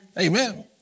Amen